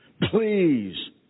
Please